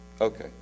Okay